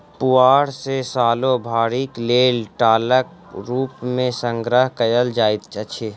पुआर के सालो भरिक लेल टालक रूप मे संग्रह कयल जाइत अछि